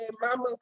mama